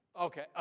Okay